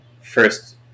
first